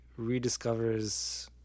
rediscovers